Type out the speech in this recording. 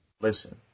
Listen